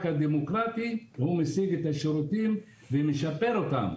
הדמוקרטי הוא משיג את השירותים ומשפר אותם.